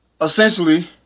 Essentially